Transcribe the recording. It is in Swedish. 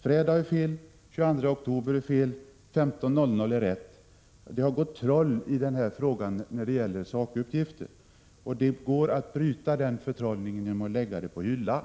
”Fredag” är fel, ”22 oktober” är fel, ”15.00” är rätt. Det har gått troll i den här frågan när det gäller sakuppgifterna. Det går att bryta den förtrollningen genom att lägga förslaget på hyllan.